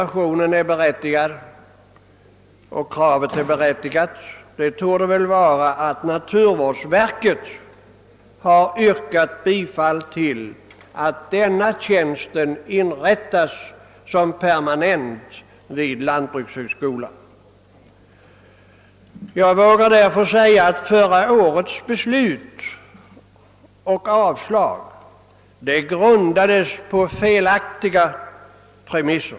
Ett bevis på att kravet i reservationen är berättigat torde vara att naturvårdsverket har tillstyrkt att den tjänst det här gäller inrättas som permanent tjänst vid lantbrukshögskolan. Jag vågar därför säga att förra årets beslut om avslag grundades på felaktiga premisser.